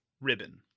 ribbon